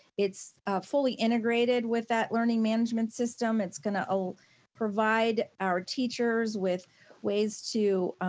it's fully integrated with that learning management system. it's gonna provide our teachers with ways to